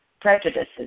prejudices